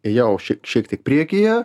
jau ši šiek tiek priekyje